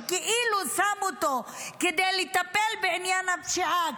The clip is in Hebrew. שהוא כאילו שם אותו כדי לטפל בעניין הפשיעה,